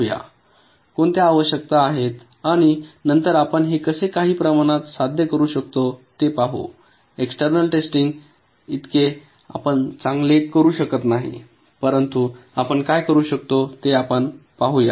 कोणत्या आवश्यकता आहेत आणि नंतर आपण हे कसे काही प्रमाणात साध्य करू शकतो ते पाहू एक्सटेर्नल टेस्टिंग इतके आपण चांगले करू शकत नाही परंतु आपण काय करू शकतो हे आपण पाहूया